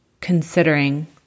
considering